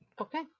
Okay